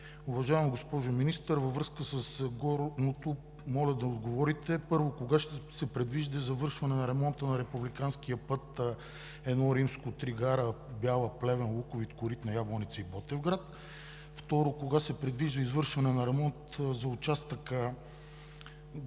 Уважаема госпожо Министър, във връзка с горното моля да отговорите: първо, кога се предвижда завършването на ремонта на републиканския път I-3 Гара Бяла – Плевен – Луковит – Коритна – Ябланица – Ботевград; второ, кога се предвижда извършване на ремонт за участък III-306